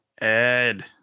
Ed